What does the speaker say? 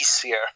easier